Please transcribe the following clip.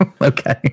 Okay